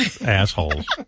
assholes